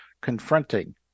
confronting